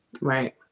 Right